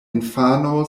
infano